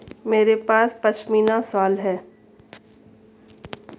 मेरे पास पशमीना शॉल है